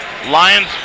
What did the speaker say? Lions